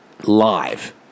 live